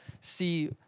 see